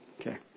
Okay